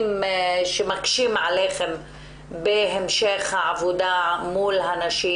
שמקשים עליכם בהמשך העבודה מול הנשים.